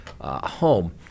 home